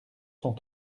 sont